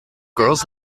girls